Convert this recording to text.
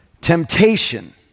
Temptation